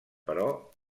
però